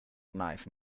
knife